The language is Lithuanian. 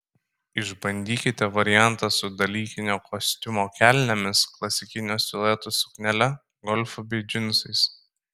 išbandykite variantą su dalykinio kostiumo kelnėmis klasikinio silueto suknele golfu bei džinsais